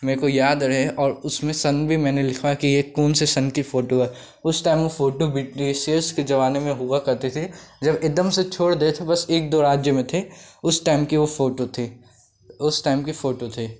मेरे को याद रहे और उसमें सन भी मैंने लिखवाया कि ये कोन से सन की फ़ोटो है उस टाइम वह फ़ोटो बिटिशियर्स के ज़माने में हुआ करती थी जब एक दम से छोड़ दिए थे बस एक दो राज्य में थे उस टाइम की वह फ़ोटो थी उस टाइम की फ़ोटो थी